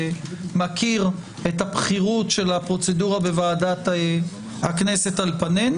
מכיר את הבכירות של הפרוצדורה בוועדת הכנסת על פנינו,